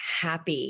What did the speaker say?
happy